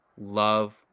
love